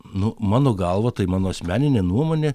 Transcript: nu mano galva tai mano asmeninė nuomonė